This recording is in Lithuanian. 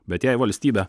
bet jei valstybę